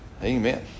Amen